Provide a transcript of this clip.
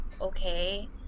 okay